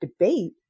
debate